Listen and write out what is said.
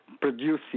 producing